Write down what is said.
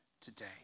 today